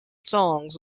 songs